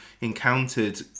encountered